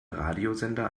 radiosender